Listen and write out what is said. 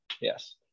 yes